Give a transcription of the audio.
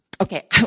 okay